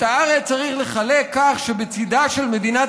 את הארץ צריך לחלק כך שבצידה של מדינת